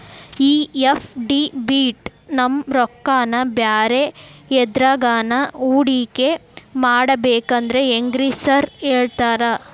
ಈ ಎಫ್.ಡಿ ಬಿಟ್ ನಮ್ ರೊಕ್ಕನಾ ಬ್ಯಾರೆ ಎದ್ರಾಗಾನ ಹೂಡಿಕೆ ಮಾಡಬೇಕಂದ್ರೆ ಹೆಂಗ್ರಿ ಸಾರ್ ಹೇಳ್ತೇರಾ?